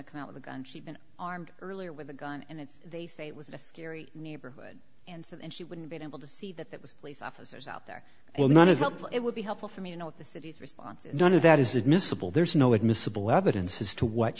to come out with a gun she's been armed earlier with a gun and they say it was a scary neighborhood and so that she wouldn't be able to see that that was police officers out there well none of it would be helpful for me you know the city's response none of that is admissible there's no admissible evidence as to what